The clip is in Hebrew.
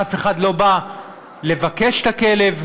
אף אחד לא בא לבקש את הכלב,